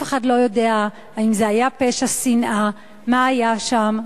אף אחד לא יודע אם זה היה פשע שנאה, מה היה שם.